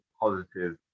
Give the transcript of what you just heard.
positive